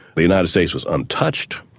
the united states was untouched,